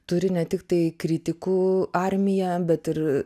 turi ne tiktai kritikų armiją bet ir